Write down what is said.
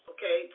Okay